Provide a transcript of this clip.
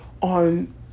on